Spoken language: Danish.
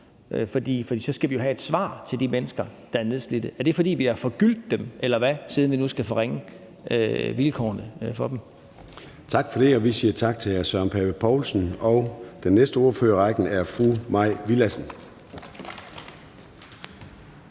For så skal vi jo have et svar til de mennesker, der er nedslidte. Er det, fordi vi har forgyldt dem, eller hvad, siden vi nu skal forringe vilkårene for dem? Kl. 16:36 Formanden (Søren Gade): Tak for det, og vi siger tak til hr. Søren Pape Poulsen. Den næste ordfører i rækken er fru Mai Villadsen.